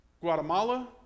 Guatemala